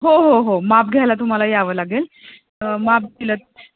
हो हो हो माप घ्यायला तुम्हाला यावं लागेल माप दिलंत